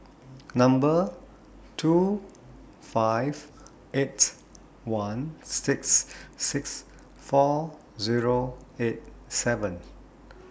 Number two five eight one six six four Zero eight seven